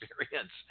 experience